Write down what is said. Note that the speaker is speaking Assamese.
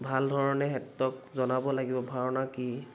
ভাল ধৰণে সিহঁতক জনাব লাগিব ভাওনা কি